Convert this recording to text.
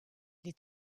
les